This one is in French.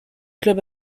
club